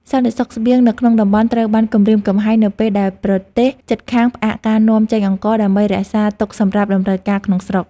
សន្តិសុខស្បៀងនៅក្នុងតំបន់ត្រូវបានគំរាមកំហែងនៅពេលដែលប្រទេសជិតខាងផ្អាកការនាំចេញអង្ករ ដើម្បីរក្សាទុកសម្រាប់តម្រូវការក្នុងស្រុក។